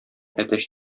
әтәч